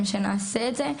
שנעשה את זה.